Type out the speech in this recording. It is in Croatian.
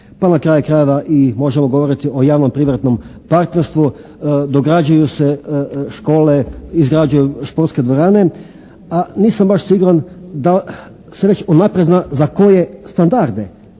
pa na kraju krajeva i možemo govorit i o javnom privatnom partnerstvu. Događaju se škole, izgrađuju športske dvorane a nisam baš siguran da se već unaprijed zna za koje standarde.